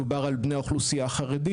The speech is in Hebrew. מדובר על בני האוכלוסייה החרדית.